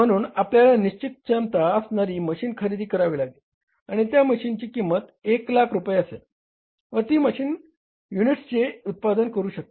म्हणून आपल्याला निश्चित क्षमता असणारी मशीन खरेदी करावी लागेल आणि त्या मशीनची किंमत 100000 रुपये असेल व ती मशीन युनिट्सचे उत्पादन करू शकते